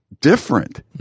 different